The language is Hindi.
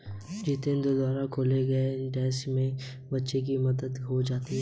जितेंद्र द्वारा खोले गये एन.जी.ओ से गरीब बच्चों की मदद हो जाती है